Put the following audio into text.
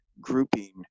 grouping